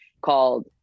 called